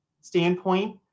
standpoint